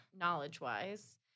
knowledge-wise